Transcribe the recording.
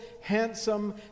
handsome